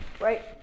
right